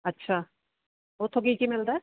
ਅੱਛਾ ਉੱਥੋਂ ਕੀ ਕੀ ਮਿਲਦਾ